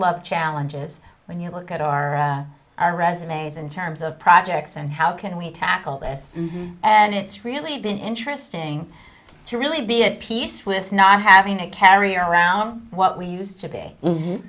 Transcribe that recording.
love challenges when you look at our our resumes in terms of projects and how can we tackle this and it's really been interesting to really be at peace with not having to carry around what we used to be